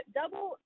double